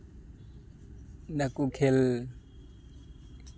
ᱱᱟᱹᱠᱩ ᱠᱷᱮᱞ